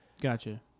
Gotcha